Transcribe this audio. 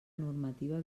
normativa